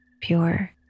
pure